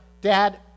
Dad